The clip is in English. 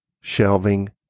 shelving